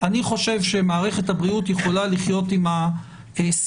אני חושב שמערכת הבריאות יכולה לחיות עם הסיכון